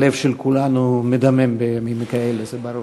הלב של כולנו מדמם בימים כאלה, זה ברור.